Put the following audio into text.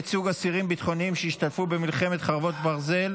ייצוג אסירים ביטחוניים שהשתתפו במלחמת חרבות ברזל),